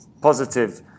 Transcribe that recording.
positive